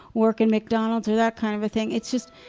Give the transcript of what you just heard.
work in mcdonald's, or that kind of a thing. it's just,